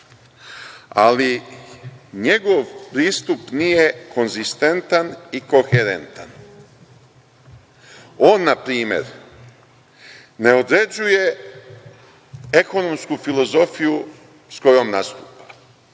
ali njegov pristup nije konzistentan i koherentan. On, na primer, ne određuje ekonomsku filozofiju s kojom nastupa,